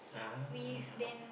ah